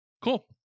Cool